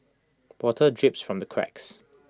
water drips from the cracks